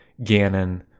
Ganon